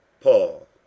Paul